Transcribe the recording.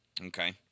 Okay